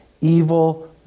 evil